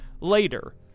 Later